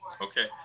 Okay